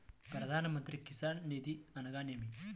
ప్రధాన మంత్రి కిసాన్ నిధి అనగా నేమి?